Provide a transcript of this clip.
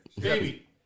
Baby